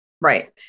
right